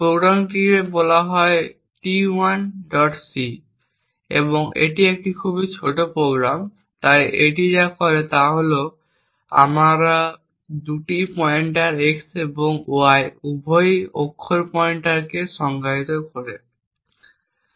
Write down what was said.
প্রোগ্রামটিকে বলা হয় t1c এবং এটি একটি খুব ছোট প্রোগ্রাম তাই এটি যা করে তা হল আমরা দুটি পয়েন্টার x এবং y উভয়ই অক্ষর পয়েন্টারকে সংজ্ঞায়িত করি